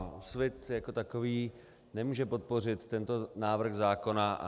Úsvit jako takový nemůže podpořit tento návrh zákona.